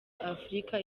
afurika